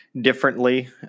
differently